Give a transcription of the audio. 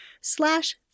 slash